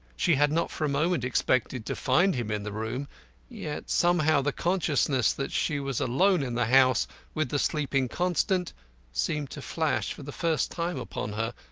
she had not for a moment expected to find him in the room yet somehow the consciousness that she was alone in the house with the sleeping constant seemed to flash for the first time upon her,